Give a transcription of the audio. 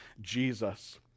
Jesus